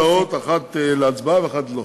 שתי הודעות, אחת להצבעה ואחת לא.